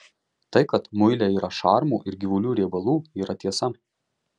tai kad muile yra šarmų ir gyvulių riebalų yra tiesa